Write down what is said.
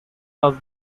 does